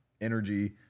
energy